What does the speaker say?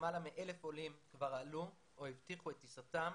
למעלה מ-1,000 עולים כבר עלו או הבטיחו את טיסתם